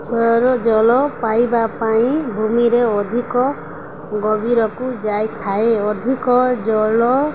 ଜଳ ପାଇବା ପାଇଁ ଭୂମିରେ ଅଧିକ ଗଭୀରକୁ ଯାଇଥାଏ ଅଧିକ ଜଳ